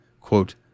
quote